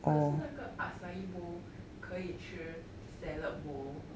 可是那个 acai bowl 可以吃 salad bowl